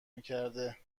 میکرده